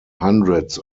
hundreds